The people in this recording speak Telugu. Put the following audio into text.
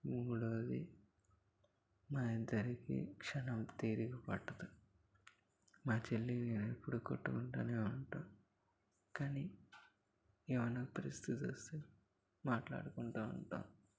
మూడోది మా ఇద్దరికి క్షణం తీరిగపట్టదు మా చెల్లి నేను ఎప్పుడు కొట్టుకుంటానే ఉంటాం కానీ ఏమైనా పరిస్థితి వస్తే మాట్లాడుకుంటూ ఉంటాం